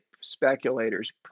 speculators